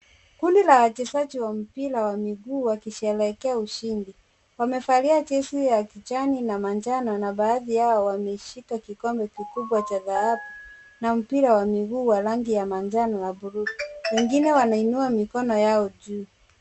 Kundi la wachezaji wa mpira wa miguu wakisherehekea ushindi. Wamevalia jezi ya kijani na manjano, na baadhi yao wameshika kikombe kikubwa cha dhahabu na mpira wa miguu wa rangi ya manjano na bluu. Wengine wanainua mikono yao juu.